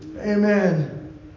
Amen